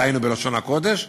דהיינו בלשון הקודש,